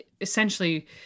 essentially